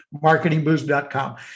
marketingboost.com